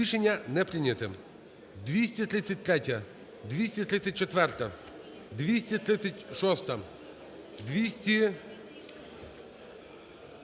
Рішення не прийняте.